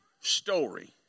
story